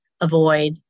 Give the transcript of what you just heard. avoid